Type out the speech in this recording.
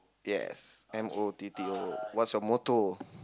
yes M O T T O what's your motto